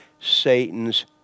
Satan's